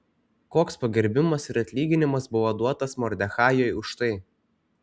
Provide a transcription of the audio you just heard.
koks pagerbimas ir atlyginimas buvo duotas mordechajui už tai